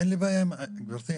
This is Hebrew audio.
גברתי,